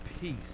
peace